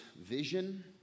vision